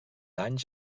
anys